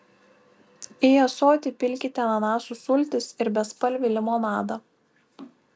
į ąsotį pilkite ananasų sultis ir bespalvį limonadą